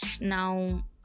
now